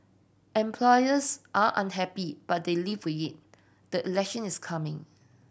employers are unhappy but they live it the election is coming